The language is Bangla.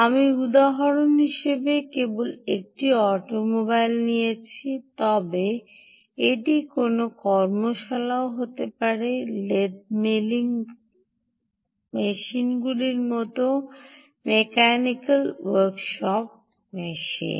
আমি উদাহরণ হিসাবে কেবল একটি অটোমোবাইল নিয়েছি তবে এটি কোনও কর্মশালাও হতে পারে লেদ মিলিং মেশিনগুলির মতো মেকানিকাল ওয়ার্কশপ মেশিন